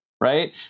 right